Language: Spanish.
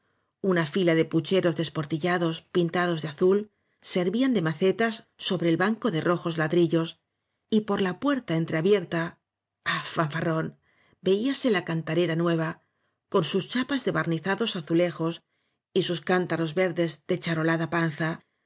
una fila de pucheros desportillados pintados de azul servían de macetas sobre el banco de rojos ladrillos y por la puerta entrea bierta ah fanfarrón veíase la cantarera nueva con sus chapas de barnizados azulejos y sus cántaros verdes de charolada panza